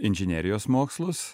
inžinerijos mokslus